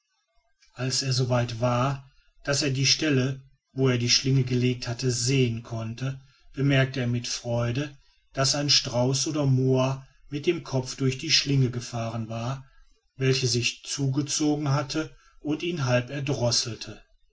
als er so weit war daß er die stelle wo er die schlinge gelegt hatte sehen konnte bemerkte er mit freude daß ein strauß oder moa mit dem kopfe durch die schlinge gefahren war welche sich zugezogen hatte und ihn halb erdrosselte